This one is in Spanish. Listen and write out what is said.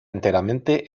enteramente